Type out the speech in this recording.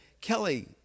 Kelly